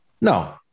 No